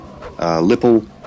Lipple